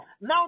Now